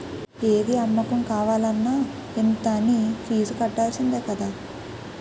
ఏది అమ్మకం కావాలన్న ఇంత అనీ ఫీజు కట్టాల్సిందే కదా